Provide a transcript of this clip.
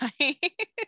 right